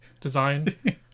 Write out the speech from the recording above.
Designed